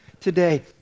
today